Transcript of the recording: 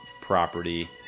property